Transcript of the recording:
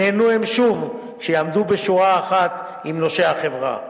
ייהנו הם שוב כשיעמדו בשורה אחת עם נושי החברה.